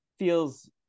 feels